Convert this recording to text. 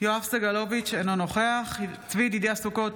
יואב סגלוביץ' אינו נוכח צבי ידידיה סוכות,